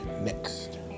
next